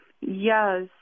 Yes